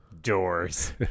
Doors